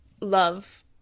love